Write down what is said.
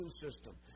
system